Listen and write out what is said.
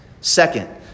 Second